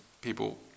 people